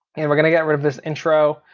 and we're gonna get rid of this intro.